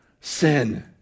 sin